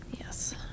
yes